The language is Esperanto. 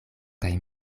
kaj